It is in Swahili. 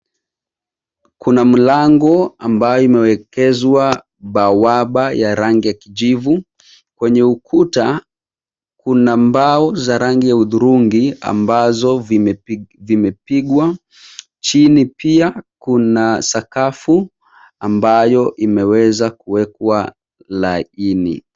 Kuna mlango ambao umewekezwa bawaba ya rangi ya kijivu. Kwenye ukuta kuna mbao za rangi ya hudhurungi ambazo vimepigiwa. Chini pia kuna sakafu ambayo imeweza kuwekwa laini.